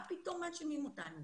מה פתאום מאשימים אותנו,